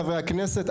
חברי הכנסת,